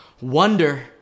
Wonder